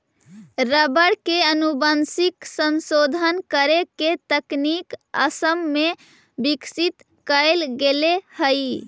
rubber के आनुवंशिक संशोधन करे के तकनीक असम में विकसित कैल गेले हई